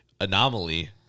anomaly